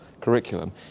curriculum